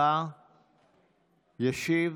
נחסמת.